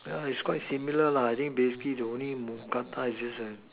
ya it's quite similar lah I think basically the only mookata is just a